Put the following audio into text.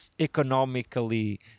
economically